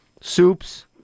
soups